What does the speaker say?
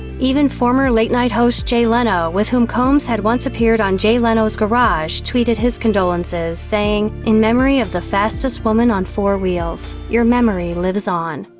even former late night host jay leno, with whom combs had once appeared on jay leno's garage, tweeted his condolences, saying in memory of the fastest woman on four wheels. your memory lives on.